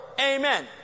Amen